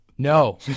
No